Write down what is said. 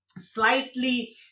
slightly